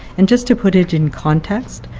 and just to put it in context,